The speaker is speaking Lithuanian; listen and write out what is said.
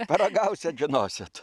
paragausit žinosit